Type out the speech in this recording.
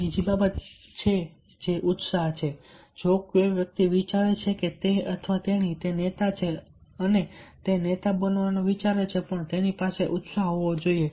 બીજી બાબત એ છે કે ઉત્સાહ જો કોઈ વ્યક્તિ જે વિચારે છે કે તે અથવા તેણી ને નેતા છે અને તે નેતા બનવાનું વિચારે છે પણ તેની પાસે ઉત્સાહ હોવો જોઈએ